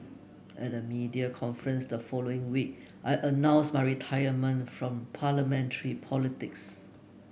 at a media conference the following week I announced my retirement from parliamentary politics